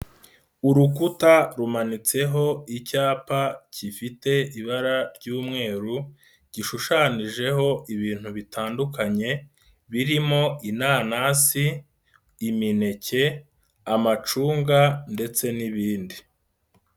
Urukuta rumanitseho icyapa gifite ibara ry'umweru gishushanyijeho ibintu bitandukanye birimo: inanasi, imineke, amacunga ndetse n'ibindi.